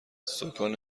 سـکان